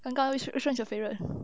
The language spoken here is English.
刚刚 which which [one] is your favourite